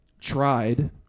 tried